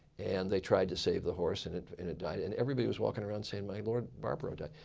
and they tried to save the horse and it and died. and everybody was walking around saying my lord, barbaro died.